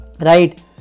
right